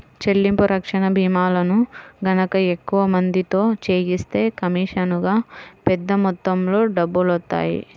చెల్లింపు రక్షణ భీమాలను గనక ఎక్కువ మందితో చేయిస్తే కమీషనుగా పెద్ద మొత్తంలో డబ్బులొత్తాయి